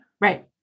right